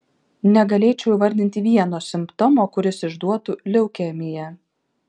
negalėčiau įvardinti vieno simptomo kuris išduotų leukemiją